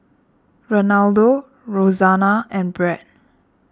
Renaldo Roxanna and Bret